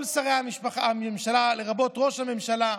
כל שרי הממשלה, לרבות ראש הממשלה,